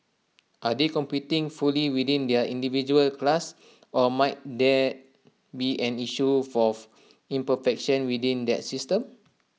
are they competing fully within their individual class or might that be an issue for of imperfection within that system